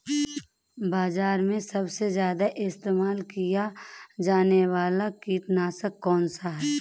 बाज़ार में सबसे ज़्यादा इस्तेमाल किया जाने वाला कीटनाशक कौनसा है?